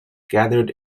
gathered